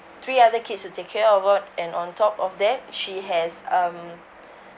three other kids who take care about and on top of that she has um